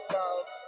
love